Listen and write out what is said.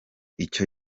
icyo